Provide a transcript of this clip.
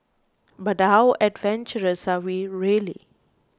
but how adventurous are we really